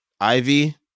Ivy